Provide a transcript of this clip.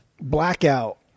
Blackout